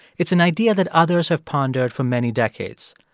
it's an idea that others have pondered for many decades.